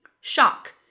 Shock